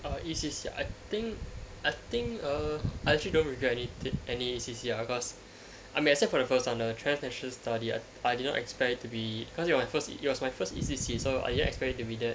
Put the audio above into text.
uh E_C_C ah I think I think err I actually don't regret anyth~ any E_C_C ah cause uh except for the first [one] the transnational study ah I didn't expect it to be cause it was my first it was my first E_C_C so I didn't expect it to be that